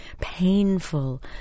painful